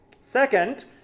Second